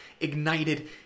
ignited